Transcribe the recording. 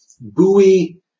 buoy